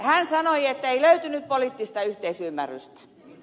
hän sanoi ettei löytynyt poliittista yhteisymmärrystä